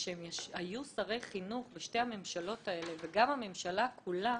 כשהם היו שרי חינוך בשתי הממשלות האלה וגם הממשלה כולה,